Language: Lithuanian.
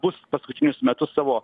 bus paskutinius metus savo